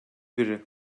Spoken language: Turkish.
biri